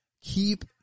keep